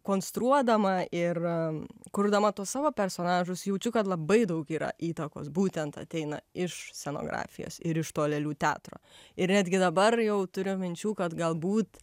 konstruodama ir kurdama tuos savo personažus jaučiu kad labai daug yra įtakos būtent ateina iš scenografijos ir iš to lėlių teatro ir netgi dabar jau turiu minčių kad galbūt